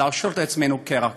להרשות לעצמנו קרע כזה.